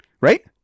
right